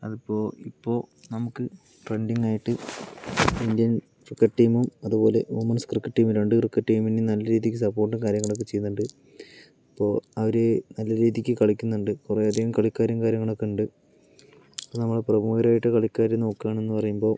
അത് ഇപ്പോ ൾ ഇപ്പോൾ നമുക്ക് ട്രെൻഡിങ്ങ് ആയിട്ട് ഇന്ത്യൻ ക്രിക്കറ്റ് ടീമും അതുപോലെ രണ്ട് ക്രിക്കറ്റ് ടീമിന് നല്ല രീതിക്ക് സപ്പോർട്ടും കാര്യങ്ങളൊക്കെ ചെയ്യുന്നുണ്ട് അപ്പോൾ അവര് നല്ല രീതിക്ക് കളിക്കുന്നുണ്ട് കുറേ അധികം കളിക്കാരും കാര്യങ്ങളൊക്കെ ഉണ്ട് നമ്മൾ പ്രമുഖരായിട്ട് കളിക്കാരെ നോക്കുകയാണെന്ന് പറയുമ്പോൾ